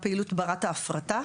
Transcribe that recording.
הפעילות ברת ההפרטה,